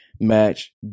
match